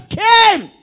came